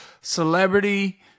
celebrity